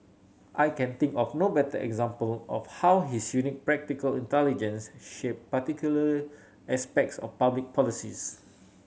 I can think of no better example of how his unique practical intelligence shaped particular aspects of public policies